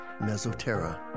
Mesoterra